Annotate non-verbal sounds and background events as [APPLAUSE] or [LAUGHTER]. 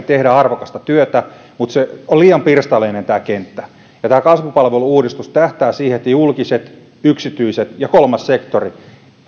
[UNINTELLIGIBLE] tehdään arvokasta työtä mutta tämä kenttä on liian pirstaleinen ja tämä kasvupalvelu uudistus tähtää siihen että julkiset yksityiset ja kolmas sektori